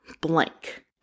blank